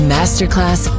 Masterclass